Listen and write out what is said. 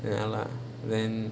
ya lah then